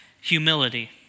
humility